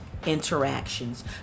interactions